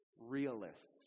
realists